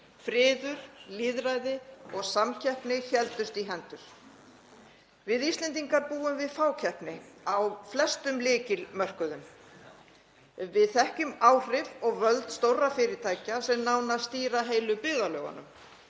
Friður, lýðræði og samkeppni héldust í hendur. Við Íslendingar búum við fákeppni á flestum lykilmörkuðum. Við þekkjum áhrif og völd stórra fyrirtækja sem nánast stýra heilu byggðarlögunum.